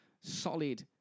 solid